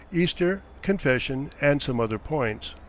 easter, confession, and some other points.